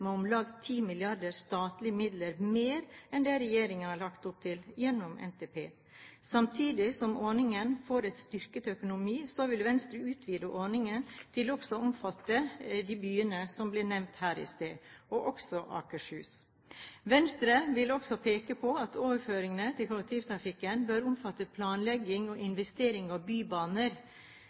med om lag 10 milliarder i statlige midler mer enn det regjeringen har lagt opp til gjennom NTP. Samtidig som ordningen får en styrket økonomi, vil Venstre utvide ordningen til også å omfatte de byene som ble nevnt her i sted, også Akershus. Venstre vil også peke på at overføringene til kollektivtrafikken også vil omfatte planlegging og investering i bybaner.